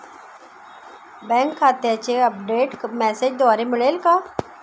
Bank खात्याचे update मेसेजद्वारे मिळेल का?